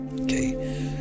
Okay